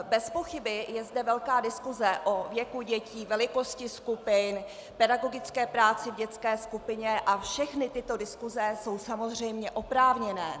Bez pochyby je zde velká diskuse o věku dětí, velikosti skupin, pedagogické práci v dětské skupině a všechny tyto diskuse jsou samozřejmě oprávněné.